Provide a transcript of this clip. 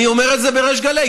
אני אומר את זה בריש גלי.